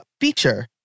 feature